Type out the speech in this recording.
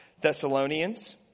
Thessalonians